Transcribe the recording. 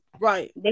Right